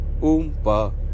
oompa